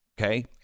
Okay